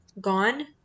gone